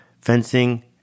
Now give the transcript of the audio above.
fencing